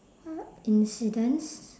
what incidents